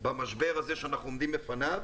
במשבר הזה שאנחנו עומדים בפניו,